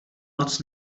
noc